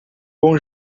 bom